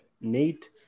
nate